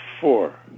Four